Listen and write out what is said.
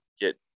get